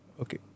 Okay